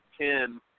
Ten